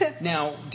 Now